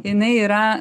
jinai yra